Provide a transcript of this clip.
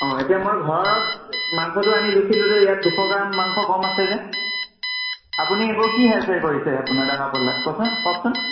অ এতিয়া মই ঘৰত মাংসটো আনি জোখিলোঁ যে ইয়াত দুশ গ্ৰাম মাংস কম আছে যে আপুনি এইবোৰ কি হেৰেফেৰ কৰিছে আপোনাৰ দগাপল্লাত কচোন কওকচোন